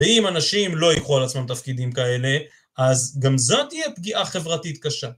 ואם אנשים לא יקחו על עצמם תפקידים כאלה, אז גם זאת תהיה פגיעה חברתית קשה.